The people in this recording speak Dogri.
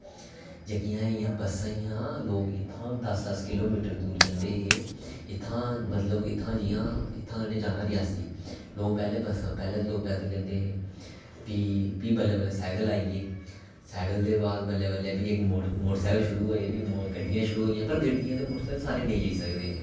जेह्कियां बस्सां हियां लोक इत्थूं दस्स दस्स किलोमीटर दूर जंदे हे लोक इत्थूं जियां इत्थूं इ'नें जाना रियासी लोक पैह्लें लोक पैदल जंदे हे भी बल्लें बल्लें सैकल आई गे ते सैकल दे बाद भी बल्लें बल्लें इक्क मोटरसैकल शुरू होए भी गड्डियां शुरू होई गेइयां पर गड्डियां ते मोटरसैकल सारे नेईं लेई सकदे